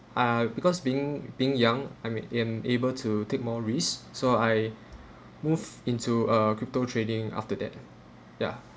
uh because being being young I mean am able to take more risk so I move into uh crypto trading after that ya